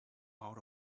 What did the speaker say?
out